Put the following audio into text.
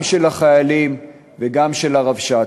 גם של החיילים וגם של הרבש"צים?